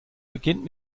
beginnt